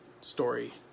story